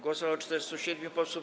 Głosowało 407 posłów.